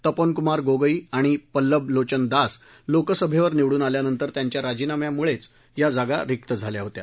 तपोन कुमार गोगोई आणि पल्लब लोचन दास लोकसभेवर निवडून आल्यानंतर त्यांच्या राजीनाम्यामुळेच या जागा रिक्त झाल्या होत्या